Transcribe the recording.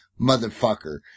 motherfucker